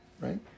right